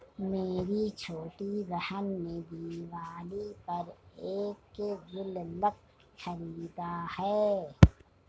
मेरी छोटी बहन ने दिवाली पर एक गुल्लक खरीदा है